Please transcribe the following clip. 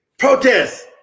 Protest